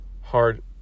hard